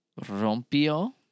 rompió